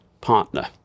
partner